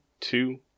two